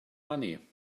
money